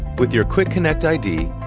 with your quickconnect id,